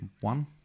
One